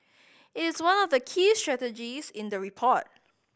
it is one of the key strategies in the report